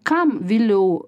kam viliau